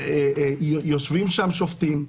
ויושבים שם שופטים ואומרים: